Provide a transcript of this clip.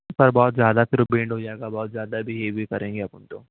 سر بہت زیادہ پھر وہ بینڈ ہو جائے گا بہت زیادہ بھی ہیوی کریں گے اپن تو